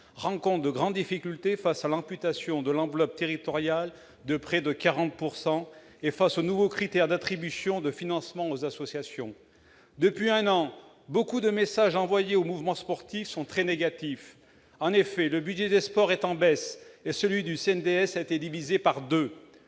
rencontrent de grandes difficultés face à l'amputation de l'enveloppe territoriale de près de 40 % et en raison des nouveaux critères d'attribution de financements aux associations. Depuis un an, beaucoup de messages envoyés au mouvement sportif sont très négatifs. Le budget des sports est en baisse et celui du CNDS a été divisé par deux.